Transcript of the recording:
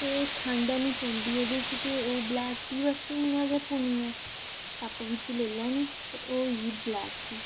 ते खंड हैनी पौंदी ओह्दे च ते ओह् ब्लैक टी बस इ'यां गै पूनियै कप्प बिच्च लेई लैनी ते ओह् होई गेई ब्लैक टी